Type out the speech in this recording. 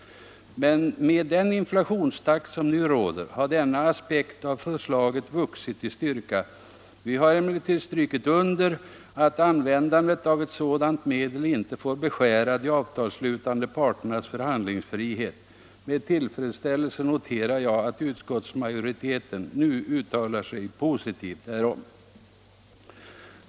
Med den inflationstakt som nu råder har denna aspekt av förslaget vuxit i styrka. Vi har emellertid strukit under att användandet av ett sådant medel inte får beskära de avtalsslutande parternas förhandlingsfrihet. Med tillfredsställelse noterar jag, att utskottsmajoriteten nu uttalar sig positivt härom.